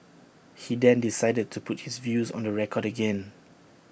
he then decided to put his views on the record again